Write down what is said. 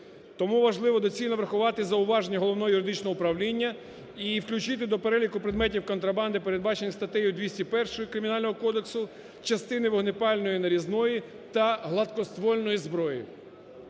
Тому важливо доцільно врахувати зауваження Головного юридичного управління і включити до переліку предметів контрабанди, передбаченої статтею 201 Кримінального кодексу, частини вогнепальної нарізної та гладкоствольної зброї.